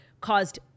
caused